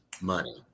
money